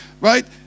right